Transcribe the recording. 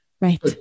Right